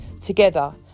together